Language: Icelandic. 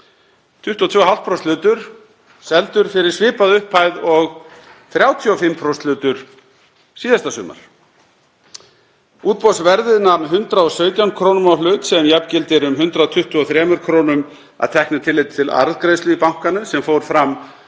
22,5% hlutur seldur fyrir svipaða upphæð og 35% hlutur síðasta sumar. Útboðsverðið nam 117 kr. á hlut sem jafngildir um 123 kr., að teknu tilliti til arðgreiðslu í bankanum sem fór fram nokkrum